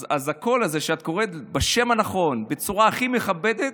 אז הקול הזה שבו את קוראת בשם הנכון בצורה הכי מכבדת,